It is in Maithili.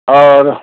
आओर